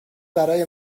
برای